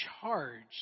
charged